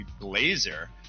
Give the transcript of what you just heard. blazer